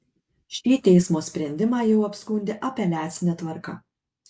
šį teismo sprendimą jau apskundė apeliacine tvarka